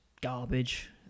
garbage